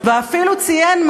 ואפילו ציין,